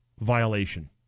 violation